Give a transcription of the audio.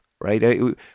right